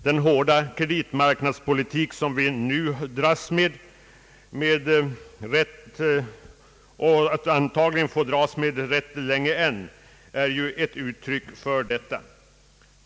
Den hårda kreditmarknadspolitik som vi nu har och antagligen får dras med rätt länge än är ju ett uttryck för detta.